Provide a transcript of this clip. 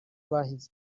bahize